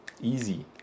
easy